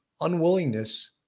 unwillingness